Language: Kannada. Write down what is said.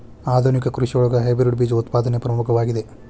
ಆಧುನಿಕ ಕೃಷಿಯೊಳಗ ಹೈಬ್ರಿಡ್ ಬೇಜ ಉತ್ಪಾದನೆ ಪ್ರಮುಖವಾಗಿದೆ